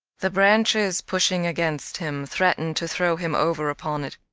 the branches, pushing against him, threatened to throw him over upon it.